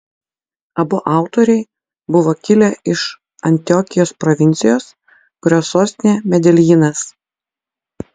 abu autoriai buvo kilę iš antiokijos provincijos kurios sostinė medeljinas